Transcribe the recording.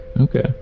Okay